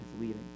leading